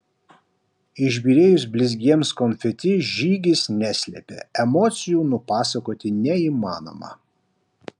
išbyrėjus blizgiems konfeti žygis neslėpė emocijų nupasakoti neįmanoma